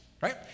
right